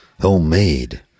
homemade